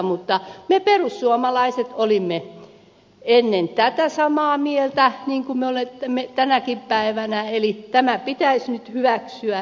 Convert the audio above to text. mutta me perussuomalaiset olimme ennen tätä samaa mieltä kuin me olemme tänäkin päivänä eli tämä edellä mainittu esitys pitäisi nyt hyväksyä